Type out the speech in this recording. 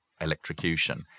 electrocution